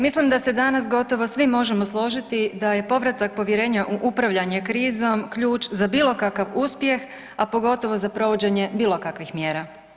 Mislim da se danas gotovo svi možemo složiti da je povratak povjerenja u upravljanju krizom ključ za bilo kakav uspjeh, a pogotovo za provođenje bilo kakvih mjera.